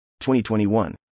2021